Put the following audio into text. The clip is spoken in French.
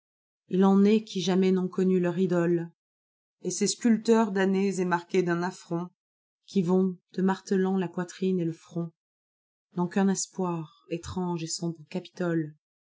il en est qui jamais n ont connu leur idole et ces sculpteurs damnés et marqués d'un affront ui vont te martelant la poitrine et le front n'ont qu'un espoir étrange et sombre capitole